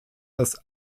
das